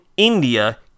India